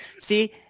See